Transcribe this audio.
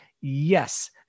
yes